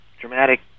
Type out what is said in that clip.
dramatic